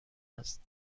است